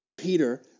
Peter